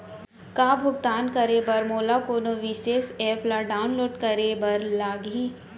का भुगतान करे बर मोला कोनो विशेष एप ला डाऊनलोड करे बर लागही